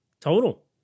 total